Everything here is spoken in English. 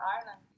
Ireland